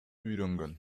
үйрөнгөн